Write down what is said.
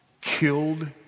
killed